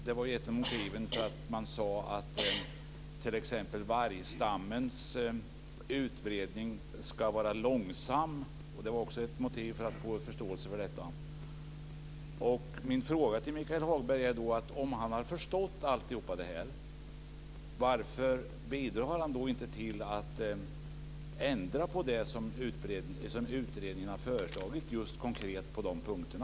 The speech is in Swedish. Det var ett av motiven till att man sade att t.ex. vargstammens utbredning ska vara långsam. Det var också ett motiv för att få förståelse för detta. Min fråga till Michael Hagberg är då: Om han har förstått allt detta, varför bidrar han då inte till att ändra på det som utredningen har föreslagit konkret på de punkterna?